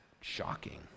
shocking